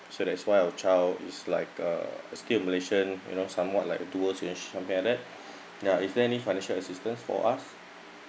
so that's why our child is like uh still malaysian you know somewhat like do a change something like that ya is there any financial assistance for us